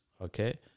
okay